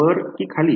वर कि खाली